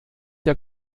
der